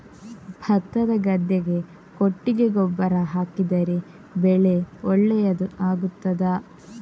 ಭತ್ತದ ಗದ್ದೆಗೆ ಕೊಟ್ಟಿಗೆ ಗೊಬ್ಬರ ಹಾಕಿದರೆ ಬೆಳೆ ಒಳ್ಳೆಯದು ಆಗುತ್ತದಾ?